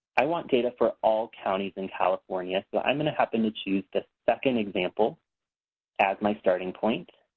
i want data for all counties in california so i'm going to happen to choose the second example as my starting point,